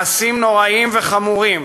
מעשים נוראים וחמורים